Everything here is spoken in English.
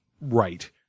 right